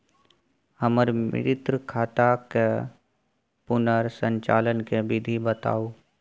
हमर मृत खाता के पुनर संचालन के विधी बताउ?